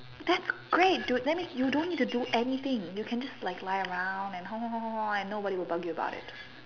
that's great dude that means you don't need to do anything you can just lie around and hor hor hor hor and nobody will bug you about it